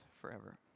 forever